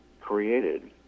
created